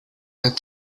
and